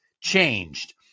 changed